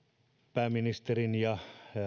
pääministerin puheenvuorossa ja